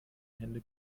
hände